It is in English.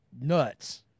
nuts